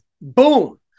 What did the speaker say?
Boom